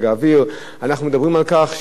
אנחנו מדברים על כך שיש כאן בעיה